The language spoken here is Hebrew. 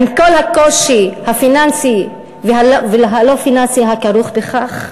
עם כל הקושי הפיננסי והלא-פיננסי הכרוך בכך?